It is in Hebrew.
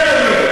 כן,